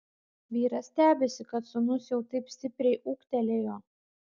vyras stebisi kad sūnus jau taip stipriai ūgtelėjo